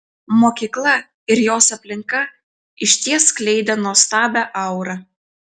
mokykla ir jos aplinka išties skleidė nuostabią aurą